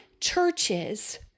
churches